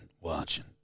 watching